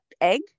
egg